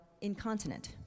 incontinent